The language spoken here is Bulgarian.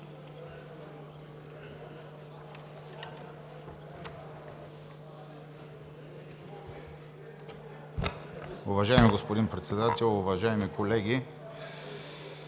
Уважаеми господин Председател, уважаеми колеги!